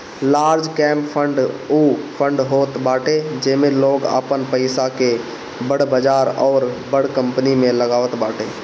large cap fund उ fund होत बाटे जेमे लोग आपन पईसा के बड़ बजार अउरी बड़ कंपनी में लगावत बाटे